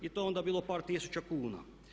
I to je onda bilo par tisuća kuna.